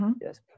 Yes